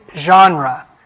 genre